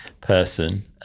person